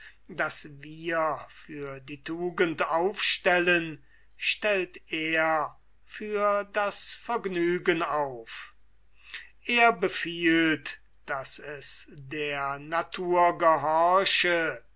das wir für die tugend aufstellen stellt er für das vergnügen auf er befiehlt daß es der natur gehorche